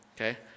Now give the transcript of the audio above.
okay